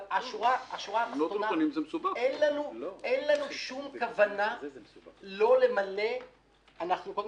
השורה התחתונה: אין לנו שום כוונה לא למלא אחר